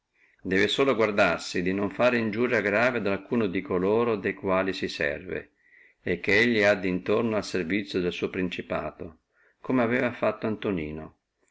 debbe solo guardarsi di non fare grave iniuria ad alcuno di coloro de quali si serve e che elli ha dintorno al servizio del suo principato come aveva fatto antonino